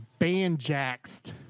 Banjaxed